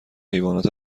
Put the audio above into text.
حیوانات